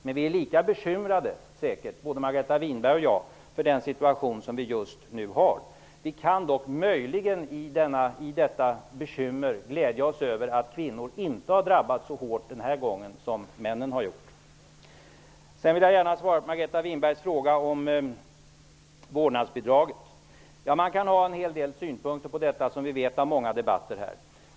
Men säkert är både Margareta Winberg och jag lika bekymrade över den aktuella situationen. Möjligen kan vi glädja oss åt att kvinnor inte har drabbats så hårt som männen den här gången. Jag vill gärna svara på Margareta Winbergs fråga om vårdnadsbidraget. Man kan ha en hel del synpunkter på detta; det vet vi ifrån många debatter här.